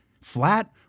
flat